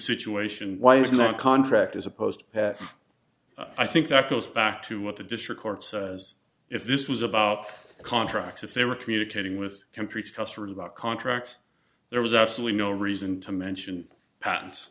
situation why it's not contract as opposed i think that goes back to what the district courts as if this was about contracts if they were communicating with countries customers about contracts there was absolutely no reason to mention patents